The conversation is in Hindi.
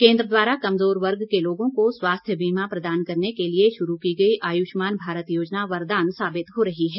केन्द्र द्वारा कमजोर वर्ग के लोगों को स्वास्थ्य बीमा प्रदान करने के लिए शुरू की गई आयुष्मान भारत योजना वरदान साबित हो रही है